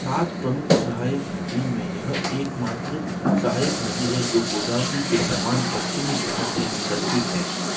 सात प्रमुख सहायक नदियों में यह एकमात्र सहायक नदी है जो गोदावरी के समान पश्चिमी घाट से निकलती है